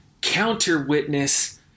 counter-witness